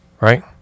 right